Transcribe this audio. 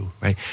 right